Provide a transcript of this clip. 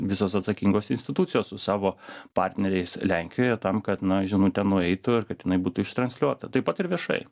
visos atsakingos institucijos su savo partneriais lenkijoje tam kad na žinutė nueitų kad jinai būtų iš transliuota taip pat ir viešai